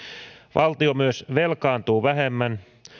valtio myös velkaantuu vähemmän